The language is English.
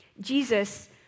Jesus